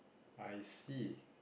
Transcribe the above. I see